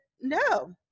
no